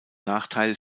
nachteil